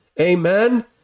Amen